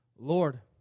Lord